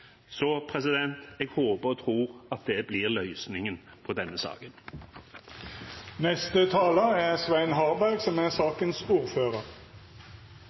jeg håper og tror at det blir løsningen på denne